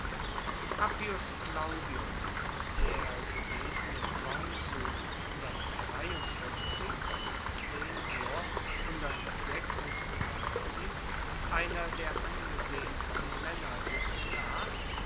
appius claudius der gewesene konsul und zensor einer der angesehensten männer des senats